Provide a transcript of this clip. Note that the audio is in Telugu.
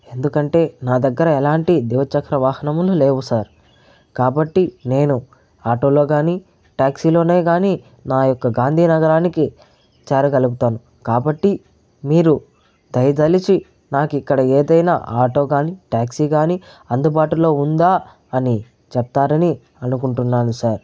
ఎందుకంటే నా దగ్గర ఎలాంటి ద్విచక్ర వాహనములు లేవు సార్ కాబట్టి నేను ఆటో లో కానీ టాక్సీ లోనే గాని నా యొక్క గాంధీ నగరానికి చేరగలుగుతాను కాబట్టి మీరు దయతలచి నాకు ఇక్కడ ఏదైనా ఆటో గాని టాక్సీ కాని అందుబాటులో ఉందా అని చెప్తారని అనుకుంటున్నాను సార్